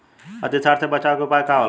अतिसार से बचाव के उपाय का होला?